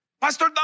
Pastor